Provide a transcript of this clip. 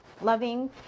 loving